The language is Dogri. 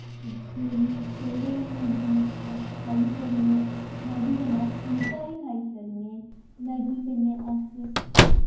जेह्ड़ी तौले बनी जंदी अस खाई सकनें मैगी कन्नै अस फुल्का बी खाई सकनें मैगी कन्नै अस